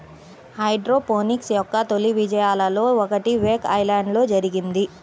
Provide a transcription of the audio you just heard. hydroponics యొక్క తొలి విజయాలలో ఒకటి వేక్ ఐలాండ్లో జరిగింది